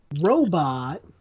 robot